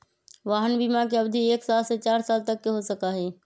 वाहन बिमा के अवधि एक साल से चार साल तक के हो सका हई